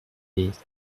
lez